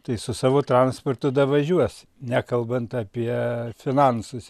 tai su savo transportu davažiuos nekalbant apie finansus